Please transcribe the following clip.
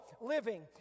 living